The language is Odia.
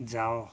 ଯାଅ